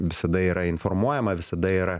visada yra informuojama visada yra